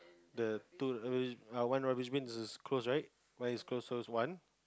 the two rubbish err one rubbish bin is close right it's closed so it's one